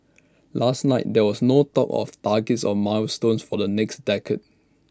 last night there was no talk of targets or milestones for the next decade